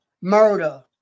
murder